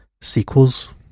sequels